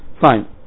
Fine